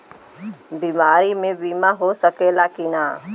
बीमारी मे बीमा हो सकेला कि ना?